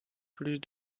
plus